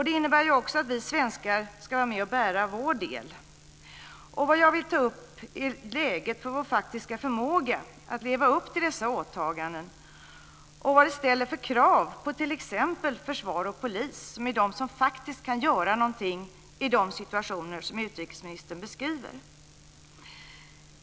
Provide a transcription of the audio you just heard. Det innebär också att vi svenskar ska vara med och bära vår del. Vad jag vill ta upp är läget för vår faktiska förmåga att leva upp till dessa åtaganden och vad det ställer för krav på t.ex. försvar och polis, som är de som faktiskt kan göra någonting i de situationer som utrikesministern beskriver.